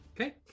okay